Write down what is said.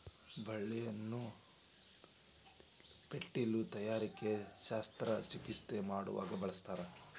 ಬಳ್ಳಿಯನ್ನ ಪೇಟಿಲು ತಯಾರಿಕೆ ಶಸ್ತ್ರ ಚಿಕಿತ್ಸೆ ಮಾಡುವಾಗ ಬಳಸ್ತಾರ